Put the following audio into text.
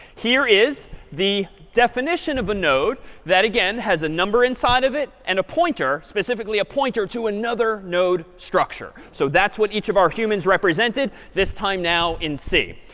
here is the definition of a node that again has a number inside of it and a pointer, specifically a pointer to another node structure. so that's what each of our humans represented, this time now in c.